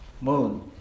moon